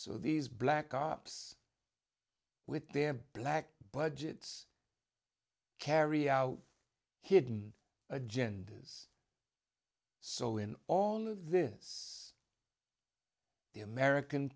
so these black ops with them black budgets carry out hidden agendas so in all this the american